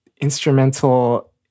instrumental